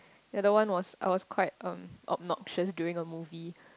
the other one was I was quite um obnoxious during a movie